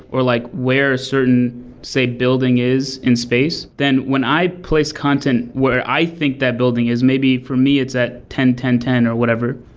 or like where a certain say building is in space, then when i place content where i think that building is. maybe for me it's at ten ten ten or whatever.